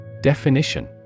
Definition